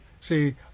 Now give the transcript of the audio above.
See